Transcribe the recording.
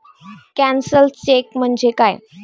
Cancelled cheque म्हणजे काय?